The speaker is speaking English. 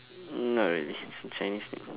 not really it's a chinese store